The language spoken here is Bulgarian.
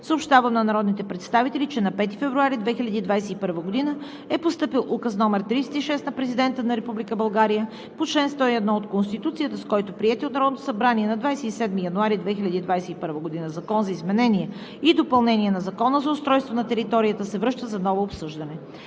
съобщавам на народните представители, че на 5 февруари 2021 г. е постъпил Указ № 36 на Президента на Република България по чл. 101 от Конституцията, с който приетият от Народното събрание на 25 януари 2021 г. Закон за изменение и допълнение на Закона за устройство на територията се връща за ново обсъждане.